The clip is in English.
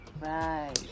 Right